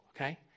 okay